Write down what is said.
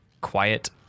Quiet